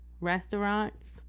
Restaurants